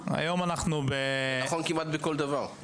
זה נכון כמעט בכל דבר.